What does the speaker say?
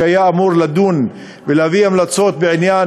שהיה אמור לדון ולהביא המלצות בעניין